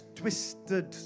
twisted